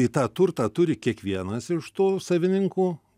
į tą turtą turi kiekvienas iš tų savininkų